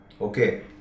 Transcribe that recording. Okay